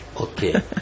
okay